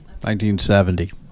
1970